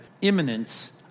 imminence